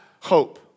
Hope